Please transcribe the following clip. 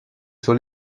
sur